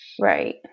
Right